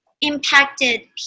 impacted